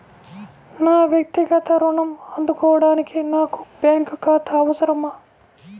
నా వక్తిగత ఋణం అందుకోడానికి నాకు బ్యాంక్ ఖాతా అవసరమా?